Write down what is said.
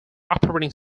operating